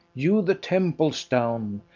hew the temples down,